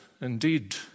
Indeed